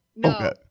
No